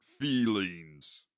feelings